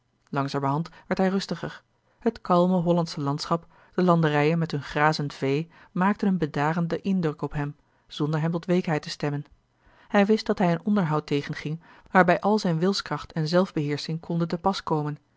langzamerhand werd hij rustiger het kalme hollandsche landschap de landerijen met hun grazend vee maakten een bedarenden indruk op hem zonder hem tot weekheid te stemmen hij wist dat hij een onderhoud tegenging waarbij al zijne wilskracht en zelfbeheersching konden te pas komen